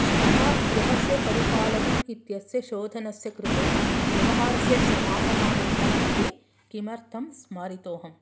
श्वः गृहस्य परिपालनम् इत्यस्य शोधनस्य कृते व्यवहारस्य समापनानन्तरम् अपि किमर्थं स्मारितोऽहम्